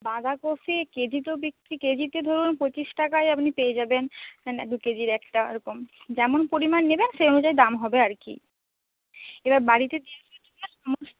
বাঁধাকপি কেজি তো বিক্রি কেজিতে ধরুন পঁচিশ টাকায় আপনি পেয়ে যাবেন দুকেজির একটা ও রকম যেমন পরিমাণ নেবেন সে অনুযায়ী দাম হবে আর কি এবার বাড়িতে দিয়ে আসার জন্য